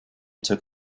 took